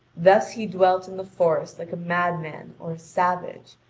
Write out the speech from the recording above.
thus he dwelt in the forest like a madman or a savage,